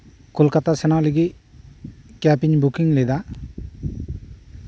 ᱠᱳᱞᱠᱟᱛᱟ ᱥᱮᱱᱚᱜ ᱞᱟᱹᱜᱤᱫ ᱠᱮᱵ ᱤᱧ ᱵᱩᱠᱤᱝ ᱞᱮᱫᱟ